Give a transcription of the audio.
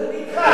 אני אתך.